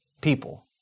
people